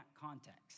context